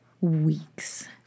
weeks